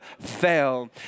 fail